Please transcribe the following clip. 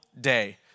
day